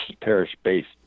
parish-based